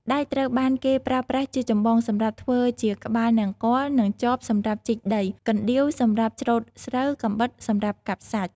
ដែកត្រូវបានគេប្រើប្រាស់ជាចម្បងសម្រាប់ធ្វើជាក្បាលនង្គ័ល និង ចបសម្រាប់ជីកដី កណ្ដៀវសម្រាប់ច្រូតស្រូវ កាំបិតសម្រាប់កាប់សាច់។